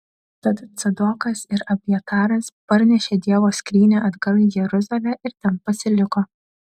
tad cadokas ir abjataras parnešė dievo skrynią atgal į jeruzalę ir ten pasiliko